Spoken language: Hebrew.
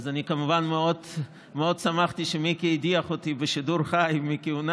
אז אני כמובן מאוד שמחתי שמיקי הדיח אותי בשידור חי מכהונה,